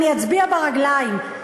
אני אצביע ברגליים,